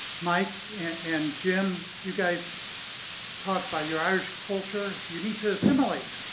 mike and jim, you guys talk about your irish culture. you need to assimilate.